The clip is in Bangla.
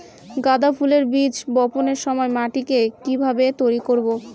গাদা ফুলের বীজ বপনের সময় মাটিকে কিভাবে তৈরি করব?